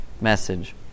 message